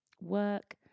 work